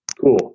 Cool